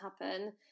happen